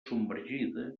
submergida